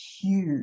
huge